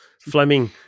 Fleming